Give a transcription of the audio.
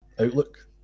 outlook